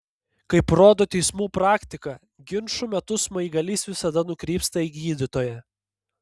kaip rodo teismų praktika ginčų metu smaigalys visada nukrypsta į gydytoją